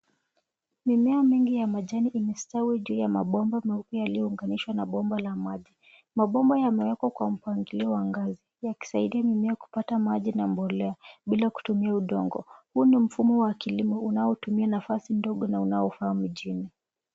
Mimea mingi ya majani imestawi juu ya mabomba meupe yaliyounganishwa na bomba la maji. Mabomba yamewekwa kwa mpangilio wa ngazi yakisaidia mimea kupata maji na mbolea bila kutumia udongo . Huu ni mfumo wa kilimo unaotumia nafasi ndogo na unaofaa mjini.